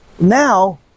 Now